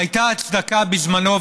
הייתה הצדקה בזמנו,